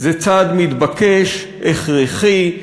זה צעד מתבקש, הכרחי.